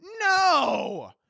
No